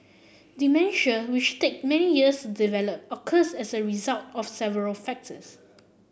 dementia which take many years develop occurs as a result of several factors